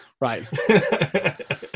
right